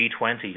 G20